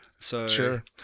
Sure